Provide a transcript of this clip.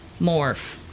Morph